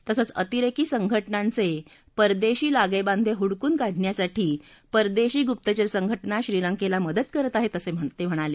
तसंच अतिरेकी संघटनांचे परदेशी लागेबांधे हुडकून काढण्यासाठी परदेशी गुप्तचर संघटना श्रीलंकेला मदत करत आहेत असं ते म्हणाले